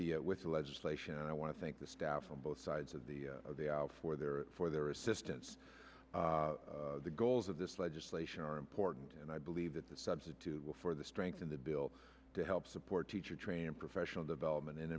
the with the legislation and i want to thank the staff on both sides of the hour for their for their assistance the goals of this legislation are important and i believe that the substitute for the strength in the bill to help support teacher training and professional development